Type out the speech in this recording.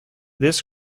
this